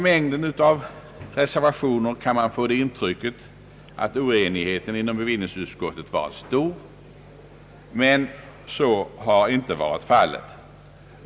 Mängden av reservationer kan ge intrycket att oenigheten inom bevillningsutskottet varit stor, men så har inte varit fallet.